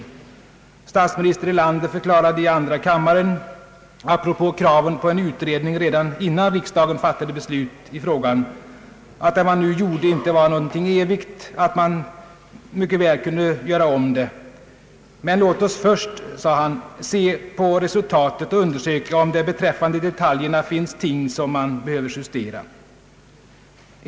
Statsminister Erlander förklarade i andra kammaren apropå kraven på en utredning redan innan riksdagen fattade beslut i frågan, att det man nu gjorde inte var någonting evigt och att man mycket väl kunde göra om det. Men låt oss först, sade han, se på resultatet och undersöka, om det beträffande detaljerna finns ting som man behöver justera.